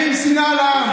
אתכם מביאים שנאה לעם.